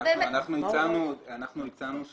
אני לא נכנסת